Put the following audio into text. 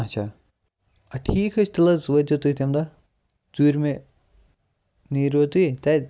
اچھا اَدٕ ٹھیٖک ہے چھُ تیٚلہِ حٕظ وٲتۍ زیٚو تُہۍ تمہِ دۄہ ژوٗرمہِ نیٖروٕ تُہۍ تَتہِ